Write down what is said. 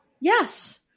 Yes